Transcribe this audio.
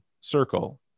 circle